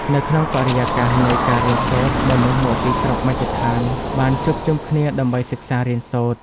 នៅក្នុងបរិយាកាសនៃការរៀនសូត្រ មនុស្សមកពីគ្រប់មជ្ឈដ្ឋានបានជួបជុំគ្នាដើម្បីសិក្សារៀនសូត្រ។